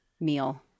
meal